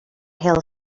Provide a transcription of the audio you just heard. hill